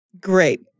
Great